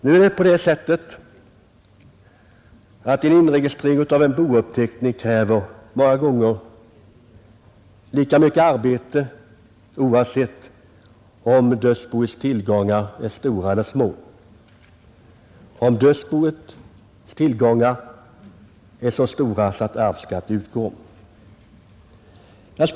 Nu är det på det sättet att inregistrering av en bouppteckning många gånger kräver lika mycket arbete oavsett om dödsboets tillgångar är av den storleksordning att arvsskatt utgår eller ej.